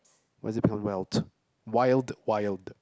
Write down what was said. what is it wild wild